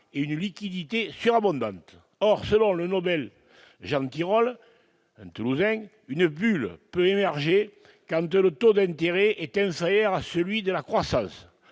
et une liquidité surabondante. Or, selon le prix Nobel Jean Tirole- un Toulousain -, une bulle peut émerger quand le taux d'intérêt est inférieur au taux de croissance.